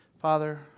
Father